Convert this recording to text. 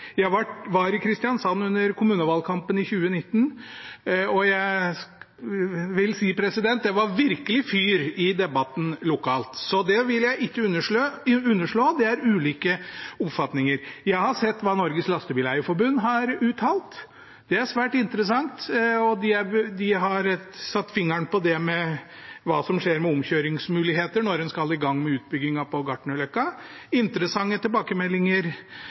Jeg var i Kristiansand under kommunevalgkampen i 2019, og jeg vil si at det virkelig var fyr i debatten lokalt. Så det vil jeg ikke underslå, det er ulike oppfatninger. Jeg har sett hva Norges Lastebileier-Forbund har uttalt. Det er svært interessant, og de har satt fingeren på hva som skjer med omkjøringsmuligheter når en skal i gang med utbyggingen på Gartnerløkka. Det er interessante tilbakemeldinger.